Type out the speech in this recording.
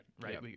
Right